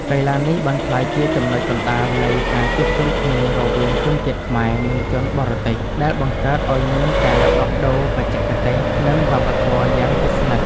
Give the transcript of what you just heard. កីឡានេះបានក្លាយជាចំណុចកណ្ដាលនៃការជួបជុំគ្នារវាងជនជាតិខ្មែរ និងជនបរទេស ដែលបង្កើតឱ្យមានការដោះដូរបច្ចេកទេស និងវប្បធម៌យ៉ាងជិតស្និទ្ធ។